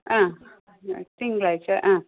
ആ തിങ്കളാഴ്ച ആ